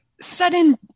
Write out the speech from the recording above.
sudden